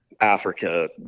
Africa